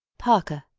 parker,